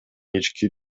ички